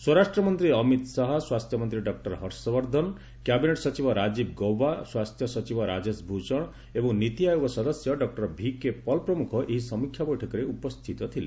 ସ୍ୱରାଷ୍ଟ୍ର ମନ୍ତ୍ରୀ ଅମିତ୍ଶାହ ସ୍ୱାସ୍ଥ୍ୟମନ୍ତ୍ରୀ ଡକ୍ଟର ହର୍ଷବର୍ଦ୍ଧନ କ୍ୟାବିନେଟ୍ ସଚିବ ରାଜୀବ ଗୌବା ସ୍ୱାସ୍ଥ୍ୟ ସଚିବ ରାଜେଶ ଭୂଷଣ ଏବଂ ନୀତି ଆୟୋଗ ସଦସ୍ୟ ଡକ୍ଟର ଭିକେ ପଲ୍ ପ୍ରମୁଖ ଏହି ସମୀକ୍ଷା ବୈଠକରେ ଉପସ୍ଥିତ ଥଲେ